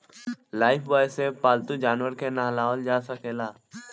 Lifebuoy से पाल्तू जानवर के नेहावल जा सकेला